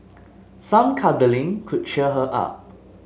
some cuddling could cheer her up